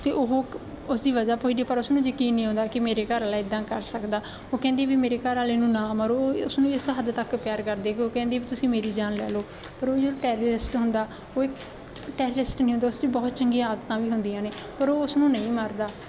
ਅਤੇ ਉਹ ਉਸ ਦੀ ਵਜ੍ਹਾ ਪੁੱਛਦੀ ਪਰ ਉਸਨੂੰ ਯਕੀਨ ਨਹੀਂ ਆਉਂਦਾ ਕਿ ਮੇਰੇ ਘਰ ਵਾਲਾ ਇੱਦਾਂ ਕਰ ਸਕਦਾ ਉਹ ਕਹਿੰਦੀ ਵੀ ਮੇਰੇ ਘਰ ਵਾਲੇ ਨੂੰ ਨਾ ਮਾਰੋ ਉਸ ਨੂੰ ਇਸ ਹੱਦ ਤੱਕ ਪਿਆਰ ਕਰਦੇ ਕਿ ਉਹ ਕਹਿੰਦੀ ਤੁਸੀਂ ਮੇਰੀ ਜਾਨ ਲੈ ਲਓ ਪਰ ਉਹ ਜੋ ਟੈਰੀਰਿਸਟ ਹੁੰਦਾ ਉਹ ਇੱਕ ਟੈਰੀਰਿਸਟ ਨਹੀਂ ਹੁੰਦਾ ਸੀ ਬਹੁਤ ਚੰਗੀਆ ਆਦਤਾਂ ਵੀ ਹੁੰਦੀਆਂ ਨੇ ਪਰ ਉਸਨੂੰ ਨਹੀਂ ਮਾਰਦਾ